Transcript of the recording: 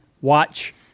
watch